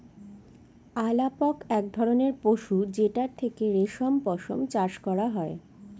আলাপক এক ধরনের পশু যেটার থেকে রেশম পশম চাষ করা হয়